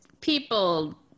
people